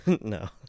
No